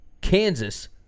Kansas